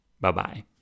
bye-bye